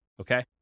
okay